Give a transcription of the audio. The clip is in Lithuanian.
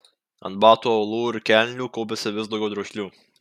ant batų aulų ir kelnių kaupėsi vis daugiau drožlių